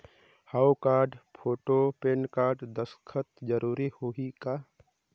हव card, photo, PAN card, दस्खत जरूरी होही का?